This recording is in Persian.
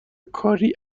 کاری